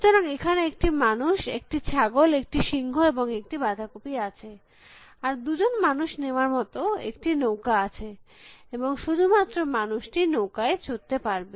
সুতরাং এখানে একটি মানুষ একটি ছাগল একটি সিংহ এবং একটি বাঁধাকপি আছে আর দুজন মানুষ নেওয়ার মত একটি নৌকা আছে এবং শুধুমাত্র মানুষটি নৌকায় চড়তে পারবে